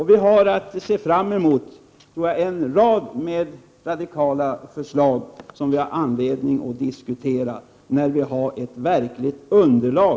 Vi har att se fram emot en rad radikala förslag, som vi har anledning att diskutera när vi har ett verkligt underlag.